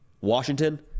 Washington